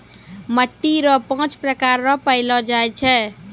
मिट्टी रो पाँच प्रकार रो पैलो जाय छै